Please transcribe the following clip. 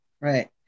Right